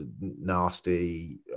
nasty